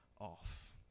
off